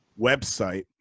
website